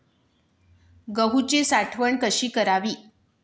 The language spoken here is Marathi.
गहूची साठवण कशी करावी?